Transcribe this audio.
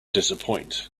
disappoint